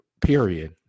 period